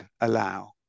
allow